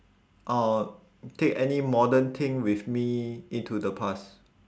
orh take any modern thing with me into the past